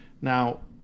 Now